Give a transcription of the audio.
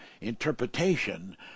interpretation